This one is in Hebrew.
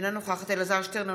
אינה נוכחת אלעזר שטרן,